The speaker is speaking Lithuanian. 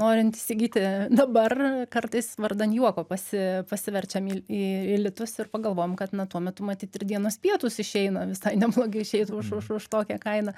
norint įsigyti dabar kartais vardan juoko pasi pasiverčiam į l į į litus ir pagalvojam kad na tuo metu matyt ir dienos pietūs išeina visai neblogai išeitų už už už tokią kainą